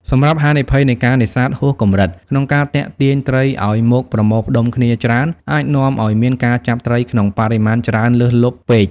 សម្រាប់ហានិភ័យនៃការនេសាទហួសកម្រិត ក្នុងការទាក់ទាញត្រីឱ្យមកប្រមូលផ្តុំគ្នាច្រើន អាចនាំឱ្យមានការចាប់ត្រីក្នុងបរិមាណច្រើនលើសលប់ពេក។